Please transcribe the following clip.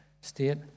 State